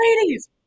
ladies